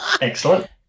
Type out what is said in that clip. Excellent